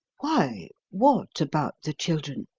why, what about the children?